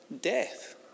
death